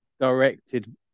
directed